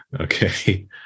Okay